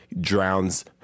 drowns